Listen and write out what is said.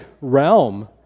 realm